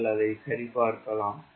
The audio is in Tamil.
நீங்கள் அதை சரிப்பார்கலாம்